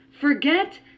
Forget